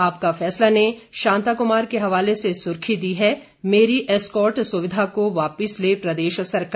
आपका फैसला ने शांता कुमार के हवाले से सुर्खी दी है मेरी एस्कार्ट सुविधा को वापस ले प्रदेश सरकार